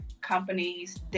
companies